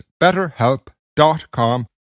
betterhelp.com